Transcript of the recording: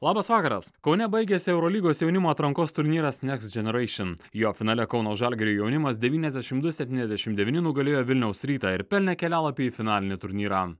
labas vakaras kaune baigėsi eurolygos jaunimo atrankos turnyras nekst dženereišion jo finale kauno žalgirio jaunimas devyniasdešimt du septyniasdešimt devyni nugalėjo vilniaus rytą ir pelnė kelialapį į finalinį turnyrą